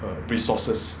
uh resources